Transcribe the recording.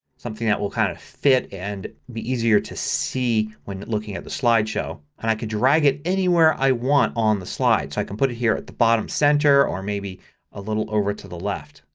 something that will kind of fit and be easier to see when looking at the slide show. and i can drag it anywhere i want on the slide. so i can put it here at the bottom center or maybe a little over to the left.